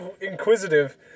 inquisitive